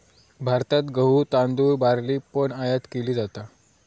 भारतात गहु, तांदुळ, बार्ली पण आयात केली जाता